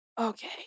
okay